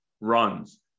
runs